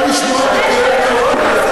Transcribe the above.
הגזמת לגמרי,